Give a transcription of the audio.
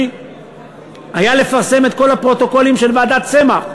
היה לפרסם את כל הפרוטוקולים של ועדת צמח.